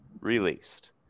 released